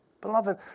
Beloved